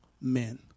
men